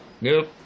nope